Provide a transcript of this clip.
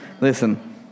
Listen